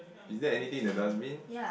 is there anything in the dustbin